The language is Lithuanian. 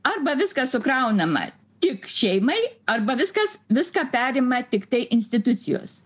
arba viskas sukraunama tik šeimai arba viskas viską perima tiktai institucijos